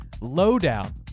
lowdown